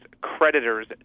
creditors